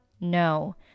No